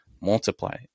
multiply